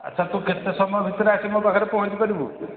ଆଚ୍ଛା ତୁ କେତେ ସମୟ ଭିତରେ ଆସି ମୋ ପାଖରେ ପହଞ୍ଚିପାରିବୁ